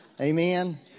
Amen